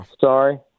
Sorry